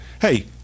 hey